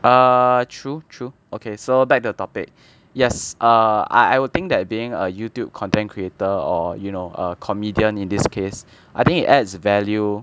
err true true okay so back to the topic yes err I I will think that being a Youtube content creator or you know a comedian in this case I think it adds value